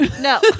No